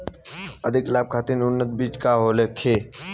अधिक लाभ खातिर उन्नत बीज का होखे?